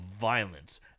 violence